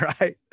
right